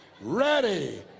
ready